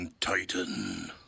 Titan